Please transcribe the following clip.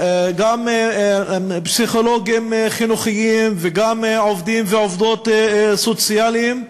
גם פסיכולוגים חינוכיים וגם עובדים ועובדות סוציאליים,